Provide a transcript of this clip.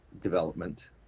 development